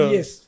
Yes